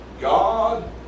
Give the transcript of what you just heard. God